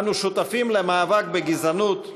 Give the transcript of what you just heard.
אנו שותפים למאבק בגזענות,